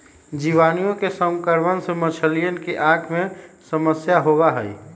जीवाणुअन के संक्रमण से मछलियन के आँख में समस्या होबा हई